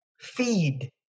feed